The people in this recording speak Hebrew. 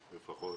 רוב נגד,